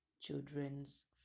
children's